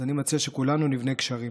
אז אני מציע שכולנו נבנה גשרים.